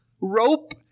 rope